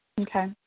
okay